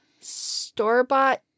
store-bought